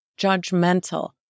judgmental